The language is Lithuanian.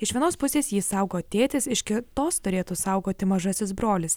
iš vienos pusės jį saugo tėtis iš kitos turėtų saugoti mažasis brolis